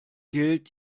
gilt